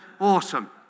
Awesome